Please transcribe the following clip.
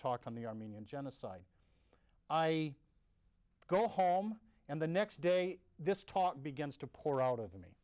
talk on the armenian genocide i go home and the next day this top begins to pour out of me